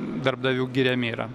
darbdavių giriami yra